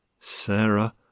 Sarah